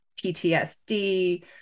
PTSD